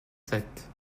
sept